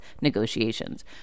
negotiations